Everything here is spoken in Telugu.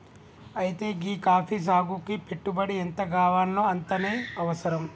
అయితే గీ కాఫీ సాగుకి పెట్టుబడి ఎంతగావాల్నో అంతనే అవసరం